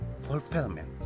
fulfillment